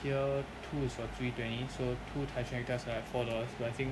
here two is for three twenty so two tai cheong tarts are like four dollars but I think